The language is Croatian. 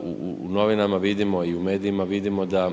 u, u novinama vidimo i u medijima vidimo da